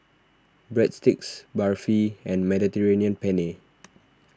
Breadsticks Barfi and Mediterranean Penne